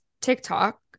TikTok